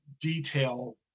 detail